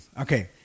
Okay